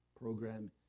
program